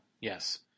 yes